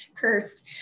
cursed